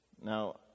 Now